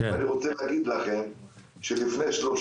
אני רוצה להגיד לכם שלפני 30